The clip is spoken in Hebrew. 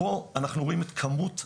פה אנחנו רואים את כמות הילדים,